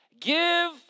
Give